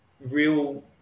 real